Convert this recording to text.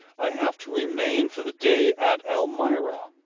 i have to remain for the day at elmira.